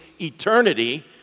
eternity